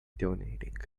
donating